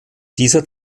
dieser